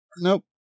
Nope